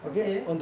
okay